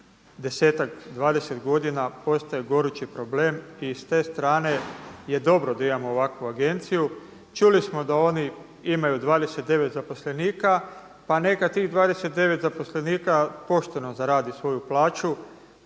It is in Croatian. desetak, 20 godina postaje gorući problem. I s te strane je dobro da imamo ovakvu Agenciju. Čuli smo da oni imaju 29 zaposlenika, pa neka tih 29 zaposlenika pošteno zaradi svoju plaću.